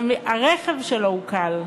וגם הרכב שלו עוקל,